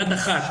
יד אחת